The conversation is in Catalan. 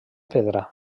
pedra